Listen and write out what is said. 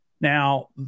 Now